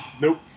Nope